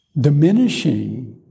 diminishing